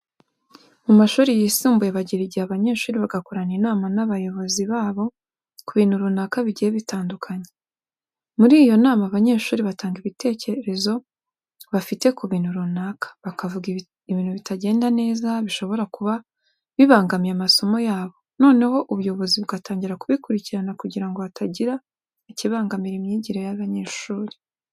Mu mashuri yisumbuye bagira igihe abanyeshuri bagakorana inama n'abayobozi babo ku bintu runaka bigiye bitandukanye. Muri iyo nama abanyeshuri batanga ibitekerezo bafite ku bintu runaka, bakavuga ibintu bitagenda neza bishobora kuba bibangamiye amasomo yabo, noneho ubuyobozi bugatangira bukabikurikirana kugira ngo hatagira ikibangamira imyigire y'abanyeshuri.